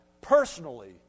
personally